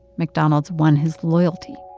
mcdonald's won his loyalty